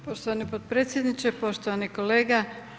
Poštovani potpredsjedniče, poštovani kolega.